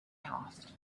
asked